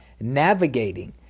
navigating